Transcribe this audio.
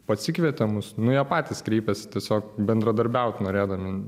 pasikvietė mus nu jie patys kreipėsi tiesiog bendradarbiaut norėdami